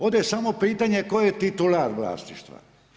Ovdje je samo pitanje, tko je titular vlasništva.